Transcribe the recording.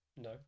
No